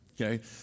Okay